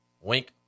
Wink